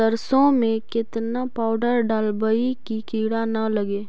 सरसों में केतना पाउडर डालबइ कि किड़ा न लगे?